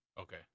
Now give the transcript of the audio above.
Okay